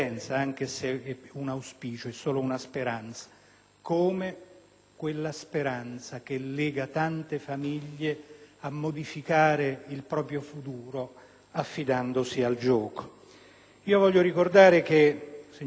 quella speranza che lega tante famiglie nel modificare il proprio futuro affidandosi al gioco. Vorrei ricordare, signora Presidente, signor Sottosegretario, onorevoli colleghi, che